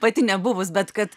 pati nebuvus bet kad